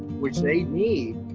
which they need.